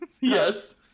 Yes